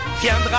viendra